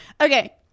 Okay